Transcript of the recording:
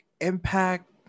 impact